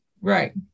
Right